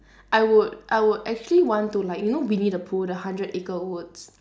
I would I would actually want to like you know winnie the pooh the hundred acre woods